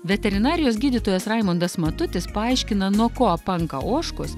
veterinarijos gydytojas raimundas matutis paaiškina nuo ko apanka ožkos